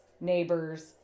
neighbors